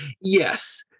Yes